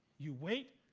you wait.